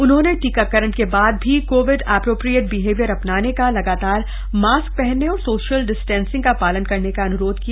उन्होंने टीकाकरण के बाद भी कोविड ऐप्रोप्रिएट बिहेवियर अपनाने का लगातार मास्क पहनने और सोशल डिस्टेंसिंग का पालन करने का अन्रोध किया